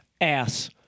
ass